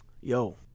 yo